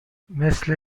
مثل